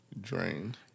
Drained